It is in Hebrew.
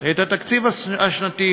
את התקציב השנתי,